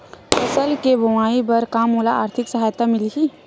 फसल के बोआई बर का मोला आर्थिक सहायता मिलही?